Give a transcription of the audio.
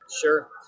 Sure